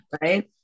right